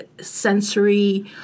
sensory